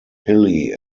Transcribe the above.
hilly